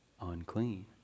unclean